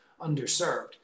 underserved